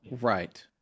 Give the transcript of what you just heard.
Right